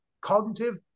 cognitive